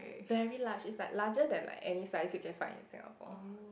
very large is like larger than like any size you can find in Singapore